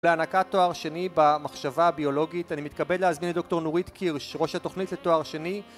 להענקת תואר שני במחשבה הביולוגית אני מתכבד להזמין לדוקטור נורית קירש ראש התוכנית לתואר שני